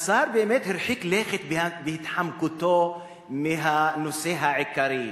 השר באמת הרחיק לכת בהתחמקותו מהנושא העיקרי.